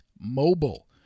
Mobile